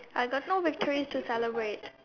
I got no victories to celebrate